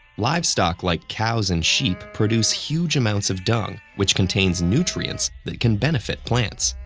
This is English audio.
livestock, like cows and sheep, produce huge amounts of dung, which contains nutrients that can benefit plants.